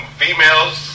females